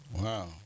Wow